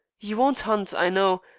you won't hunt, i know,